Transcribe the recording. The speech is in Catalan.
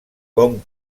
com